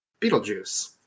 Beetlejuice